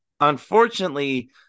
Unfortunately